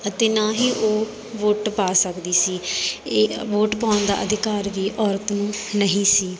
ਅਤੇ ਨਾ ਹੀ ਉਹ ਵੋਟ ਪਾ ਸਕਦੀ ਸੀ ਇਹ ਵੋਟ ਪਾਉਣ ਦਾ ਅਧਿਕਾਰ ਵੀ ਔਰਤ ਨੂੰ ਨਹੀਂ ਸੀ